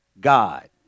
God